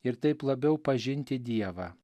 ir taip labiau pažinti dievą